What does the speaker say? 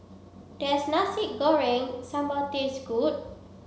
does nasi goreng sambal taste good